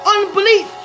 Unbelief